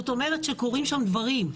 זאת אומרת שקורים שם דברים,